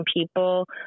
people